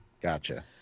gotcha